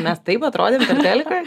mes taip atrodėm per teliką